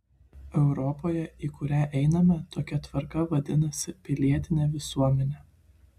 europoje į kurią einame tokia tvarka vadinasi pilietine visuomene